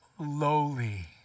lowly